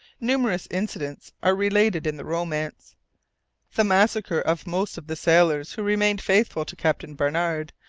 numerous incidents are related in the romance the massacre of most of the sailors who remained faithful to captain barnard,